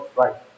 right